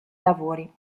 lavori